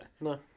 No